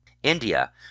india